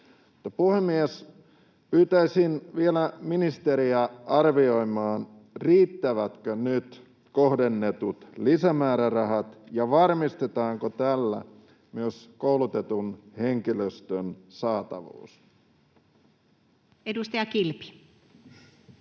Puhemies! Pyytäisin vielä ministeriä arvioimaan, riittävätkö nyt kohdennetut lisämäärärahat ja varmistetaanko tällä myös koulutetun henkilöstön saatavuus. Edustaja Kilpi.